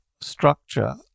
structure